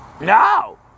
No